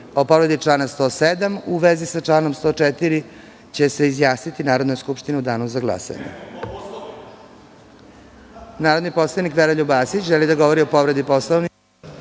o povredi člana 107. U vezi sa članom 104. će se izjasniti Narodna skupština u danu za